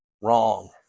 Wrong